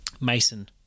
Mason